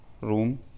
room